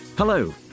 Hello